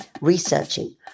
researching